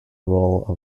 role